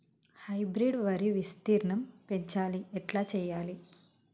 Hybrid వరి విస్తీర్ణం పెంచాలి ఎట్ల చెయ్యాలి?